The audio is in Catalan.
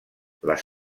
les